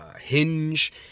Hinge